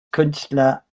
künstler